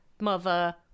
mother